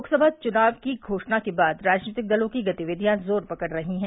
लोकसभा चुनाव की घोषणा के बाद राजनीतिक दलों की गतिविधियां जोर पकड़ रही हैं